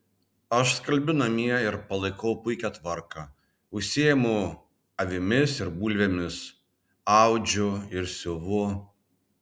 aš skalbiu namie ir palaikau puikią tvarką užsiimu avimis ir bulvėmis audžiu ir siuvu